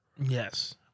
Yes